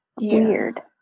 Weird